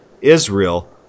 Israel